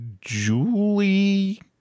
julie